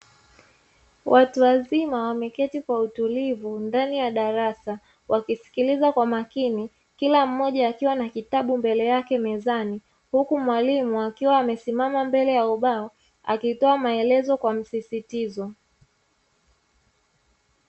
Watu wazima wameketi kwa utulivu ndani ya darasa wakisikiliza kwa umakini kila mmoja akiwa na kitabu mbele yake mezani, huku mwalimu akiwa amesimama mbele ya ubao akitoa maelezo kwa msisitizo.